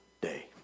day